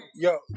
Yo